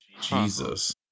Jesus